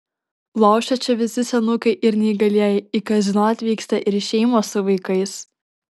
lošia čia visi senukai ir neįgalieji į kazino atvyksta ir šeimos su vaikais